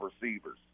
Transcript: receivers